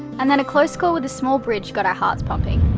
and then a close call with a small bridge got our hearts pumping.